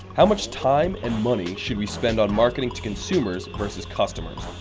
how much time and money should we spend on marketing to consumers versus customers?